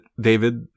David